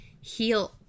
heal